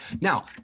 Now